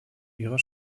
ihrer